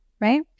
right